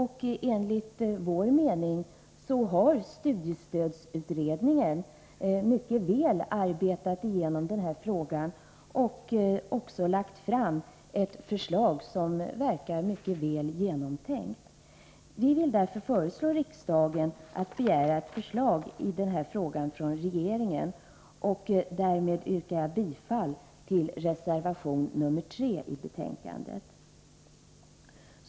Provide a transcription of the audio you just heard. Enligt vår mening har studiestödsutredningen mycket väl arbetat igenom denna fråga och också lagt fram ett förslag som verkar mycket väl genomtänkt. Vi menar därför att riksdagen bör begära ett förslag i denna fråga från regeringen. Därmed yrkar jag bifall till reservation nr 3 i betänkandet.